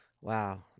Wow